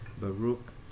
Baruch